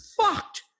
fucked